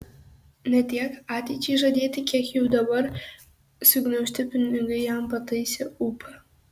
ne tiek ateičiai žadėti kiek jau dabar sugniaužti pinigai jam pataisė ūpą